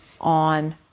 on